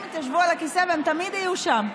הם התיישבו על הכיסא והם תמיד יהיו שם,